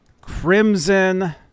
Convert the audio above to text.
Crimson